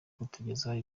kutugezaho